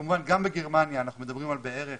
אז כמובן גם בגרמניה אנחנו מדברים על בערך